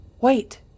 Wait